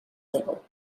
label